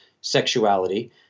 sexuality